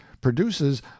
produces